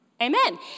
Amen